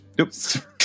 Oops